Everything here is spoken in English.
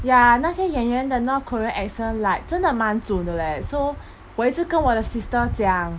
ya 那些演员 the north korean accent like 真的蛮准的 leh so 我也是跟我的 sister 讲